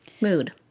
Mood